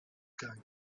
going